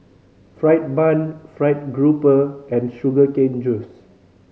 fried bun Fried Garoupa and sugar cane juice